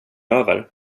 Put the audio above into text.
över